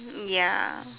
um ya